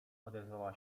odezwała